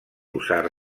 usar